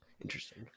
interesting